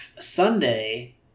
Sunday